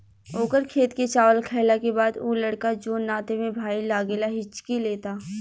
ओकर खेत के चावल खैला के बाद उ लड़का जोन नाते में भाई लागेला हिच्की लेता